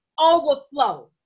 overflow